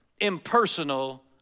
impersonal